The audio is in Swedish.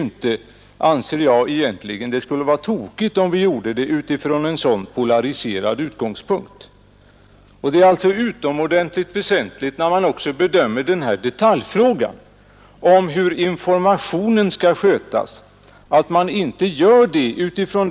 När vi här i riksdagen fattar beslut gör vi inte det utifrån en sådan polariserad utgångspunkt, och det skulle vara oriktigt om vi gjorde det. Vid bedömningen av denna detaljfråga är det utomordentligt väsentligt hur informationen skall skötas.